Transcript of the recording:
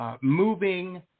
moving